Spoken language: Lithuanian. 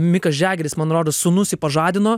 mikas džegeris man rodos sūnus jį pažadino